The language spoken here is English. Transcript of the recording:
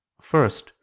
first